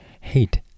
hate